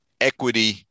Equity